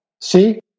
See